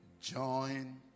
join